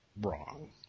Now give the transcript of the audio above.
wrong